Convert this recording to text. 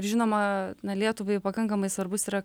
žinoma lietuvai pakankamai svarbus yra